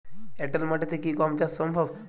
এঁটেল মাটিতে কি গম চাষ সম্ভব?